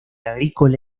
agrícola